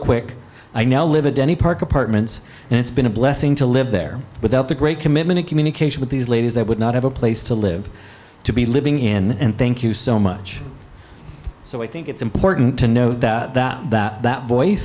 quick i now live in denny park apartments and it's been a blessing to live there without the great commitment of communication with these ladies they would not have a place to live to be living in and thank you so much so i think it's important to note that that